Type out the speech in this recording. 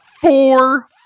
four